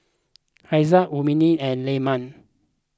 Haziq Ummi and Leman